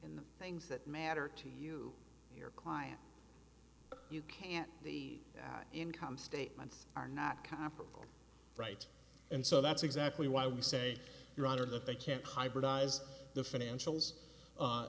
in the things that matter to you your client you can't the income statements are not comparable right and so that's exactly why we say your honor that they can't hybridise the financials